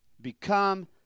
become